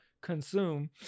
consume